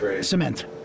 cement